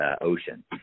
ocean